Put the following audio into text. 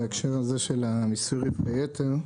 בהקשר של מיסוי רווחי יתר,